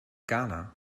ghana